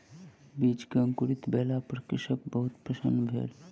बीज के अंकुरित भेला पर कृषक बहुत प्रसन्न भेल